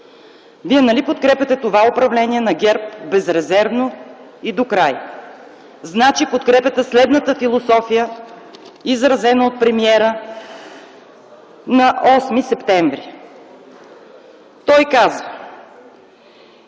Вие нали подкрепяте това управление на ГЕРБ безрезервно и докрай? Значи подкрепяте философията, изразена от премиера на 8 септември т.г. Той каза: